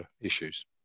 issues